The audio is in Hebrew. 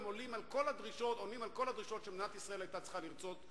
הם עונים על כל הדרישות שמדינת ישראל היתה צריכה לרצות.